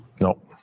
No